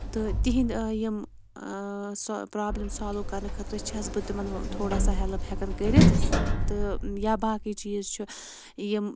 تہٕ تِہِنٛد یِم سۄ پرابلم سالو کَرنہٕ خٲطرٕ چھَس بہٕ تِمَن تھوڑا سا ہیٚلٕپ ہیٚکان کٔرِتھ تہٕ یا باقٕے چیٖز چھُ یِم